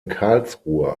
karlsruhe